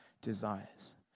desires